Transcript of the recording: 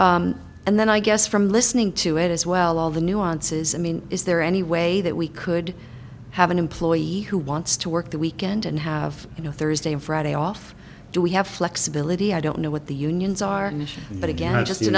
and then i guess from listening to it as well all the nuances i mean is there any way that we could have an employee who wants to work that weekend and have you know thursday and friday off do we have flexibility i don't know what the unions are but again i just